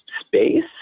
space